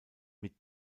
mit